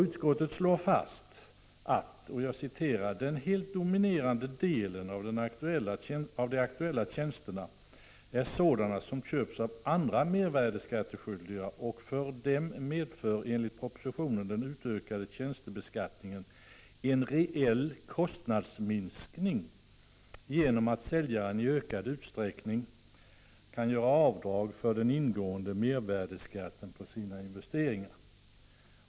Utskottet slår fast: ”Den helt dominerande delen av de aktuella tjänsterna är sådana som köps av andra mervärdeskatteskyldiga, och för dem medför enligt propositionen den utökade tjänstebeskattningen en reell kostnadsminskning genom att säljaren i ökad utsträckning kan göra avdrag för den ingående mervärdeskatten på sina investeringar.